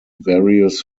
various